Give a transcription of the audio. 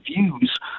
views